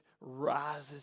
rises